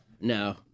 no